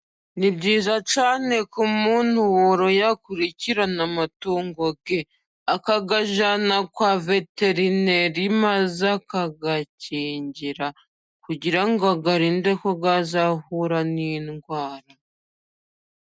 Ni byiza cyane ko umuntu woroye akurikirana amatungo ye, akagajyana kwa veterineri, maze akayakingira kugira ngo ayarinde kugazahura n'indwara.